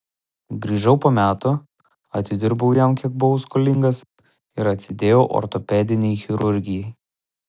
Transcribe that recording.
grįžau po metų atidirbau jam kiek buvau skolingas ir atsidėjau ortopedinei chirurgijai